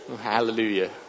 Hallelujah